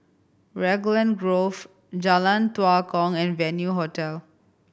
Raglan Grove Jalan Tua Kong and Venue Hotel